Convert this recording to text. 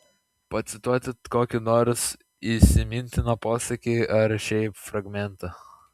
pacituoti kokį nors įsimintiną posakį ar šiaip fragmentą